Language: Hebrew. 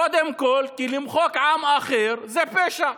קודם כול, כי למחוק עם אחר זה פשע,